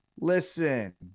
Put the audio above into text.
listen